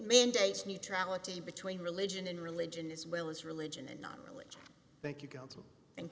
mandates neutrality between religion and religion as well as religion and non religious thank you